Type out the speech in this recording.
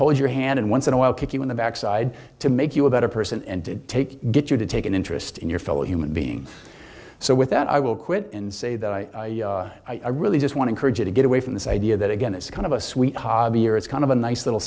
hold your hand and once in a while kick you in the backside to make you a better person and to take get you to take an interest in your fellow human being so with that i will quit and say that i i really just want to encourage you to get away from this idea that again it's kind of a sweet hobby or it's kind of a nice little